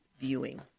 viewing